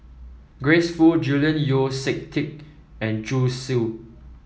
Grace Fu Julian Yeo See Teck and Zhu Xu